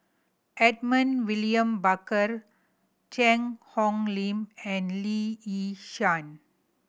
Edmund William Barker Cheang Hong Lim and Lee Yi Shyan